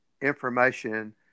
information